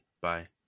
Bye